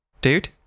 dude